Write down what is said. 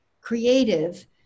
creative